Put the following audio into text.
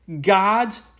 God's